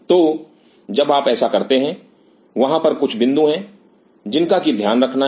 तो जब आप ऐसा करते हैं वहां पर कुछ बिंदु हैं जिनका की ध्यान रखना है